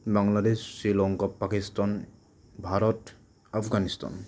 Bangladesh Sri Lanka Pakistan Bharat Afghanistan